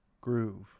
groove